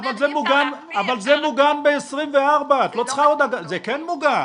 אבל זה מוגן ב-24, זה כן מוגן.